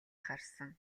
харсан